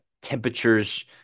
Temperatures